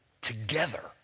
together